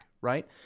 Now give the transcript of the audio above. right